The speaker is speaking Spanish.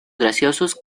graciosos